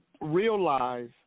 realize